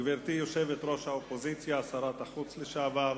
גברתי יושבת-ראש האופוזיציה, שרת החוץ לשעבר,